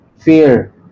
fear